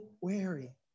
wary